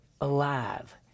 alive